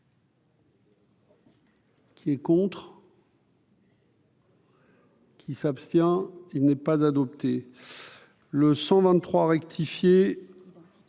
Qui est contre. Qui s'abstient, il n'est pas adopté le 400 rectifier